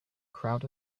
crowd